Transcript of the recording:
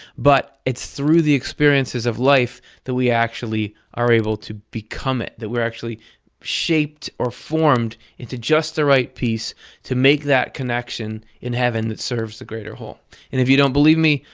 but it's through the experiences of life that we actually are able to become it. that we're actually shaped or formed into just the right piece to make that connection in heaven that serves the greater whole. and if you don't believe me,